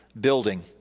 building